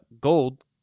gold